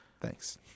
Thanks